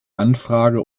anfrage